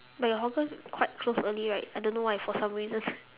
but your hawker quite close early right I don't know why for some reasons